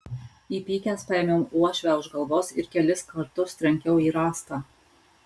įpykęs paėmiau uošvę už galvos ir kelis kartus trenkiau į rąstą